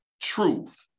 truth